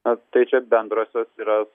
na tai čia bendrosios yra